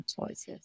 choices